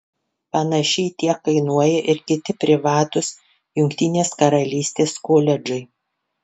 panašiai tiek kainuoja ir kiti privatūs jungtinės karalystės koledžai